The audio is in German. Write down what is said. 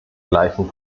gleichen